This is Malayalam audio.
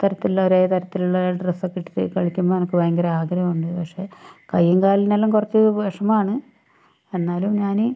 തരത്തിലുള്ള ഒരേ തരത്തിലുള്ള ഡ്രസ്സൊക്കെ ഇട്ടിട്ട് കളിക്കുമ്പോൾ എനിക്ക് ഭയങ്കര ആഗ്രഹമുണ്ട് പക്ഷെ കയ്യും കാലിനെല്ലം കുറച്ച് വിഷമമാണ് എന്നാലും ഞാൻ